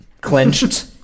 Clenched